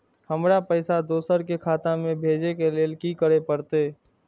हमरा पैसा दोसर के खाता में भेजे के लेल की करे परते?